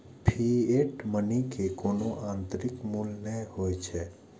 fiat money के कोनो आंतरिक मूल्य नै होइ छै